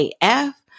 AF